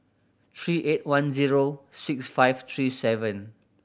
three eight one zero six five three seven